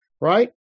Right